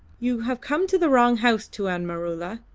you have come to the wrong house, tuan maroola,